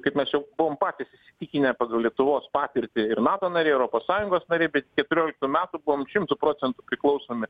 kaip mes jau buvom patys įsitikinę pagal lietuvos patirtį ir nato nariai europos sąjungos nariai bet iki keturioliktų metų buvom šimtu procentų priklausomi